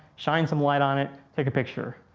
shine some light on it, take a picture.